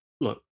look